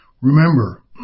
Remember